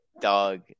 Dog